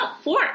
four